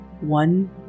one